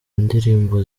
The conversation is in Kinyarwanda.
indirimbo